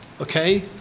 okay